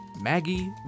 Maggie